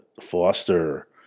foster